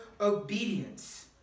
obedience